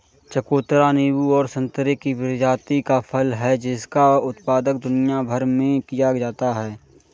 चकोतरा नींबू और संतरे की प्रजाति का फल है जिसका उत्पादन दुनिया भर में किया जाता है